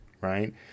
right